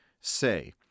say